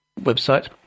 website